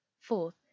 Fourth